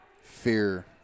fear